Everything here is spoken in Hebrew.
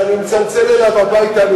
אני מצלצל אליו הביתה.